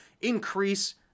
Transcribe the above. increase